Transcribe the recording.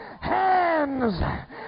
hands